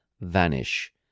Vanish